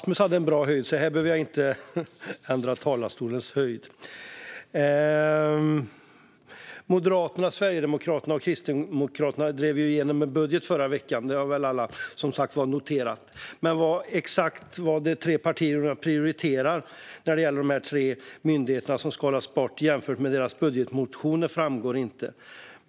Fru talman! Moderaterna, Sverigedemokraterna och Kristdemokraterna drev igenom en budget förra veckan, och det har väl alla noterat. Men exakt vad de tre partierna prioriterar när det gäller de nedskalade anslagen till de här tre myndigheterna jämfört med deras budgetmotioner framgår inte.